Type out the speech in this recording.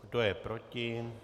Kdo je proti?